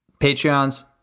patreons